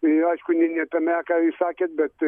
ir aišku ne ne tame ką jūs sakėt bet